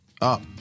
up